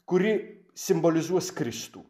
kuri simbolizuos kristų